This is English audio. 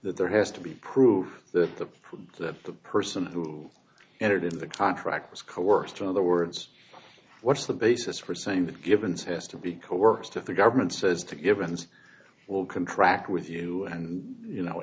that there has to be proof that the proof that the person who entered in the contract was coerced or other words what's the basis for saying that givens has to be coerced if the government says to givens will contract with you and you know